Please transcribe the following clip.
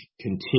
continue